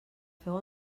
feu